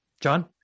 John